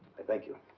i thank you.